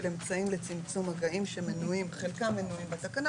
אמצעים לצמצום מגעים שמנויים חלקם בתקנה,